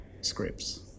scripts